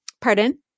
Pardon